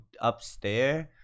upstairs